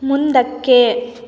ಮುಂದಕ್ಕೆ